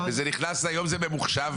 היום זה ממוחשב.